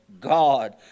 God